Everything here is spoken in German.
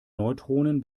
neutronen